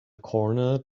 corner